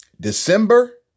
December